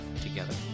together